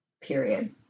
period